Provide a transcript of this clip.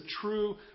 true